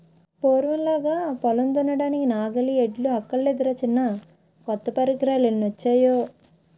పూర్వంలాగా పొలం దున్నడానికి నాగలి, ఎడ్లు అక్కర్లేదురా చిన్నా కొత్త పరికరాలెన్నొచ్చేయో